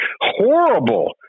horrible